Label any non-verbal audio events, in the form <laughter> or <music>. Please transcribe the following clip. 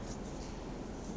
<breath>